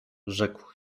rzekł